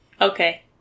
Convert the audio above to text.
Okay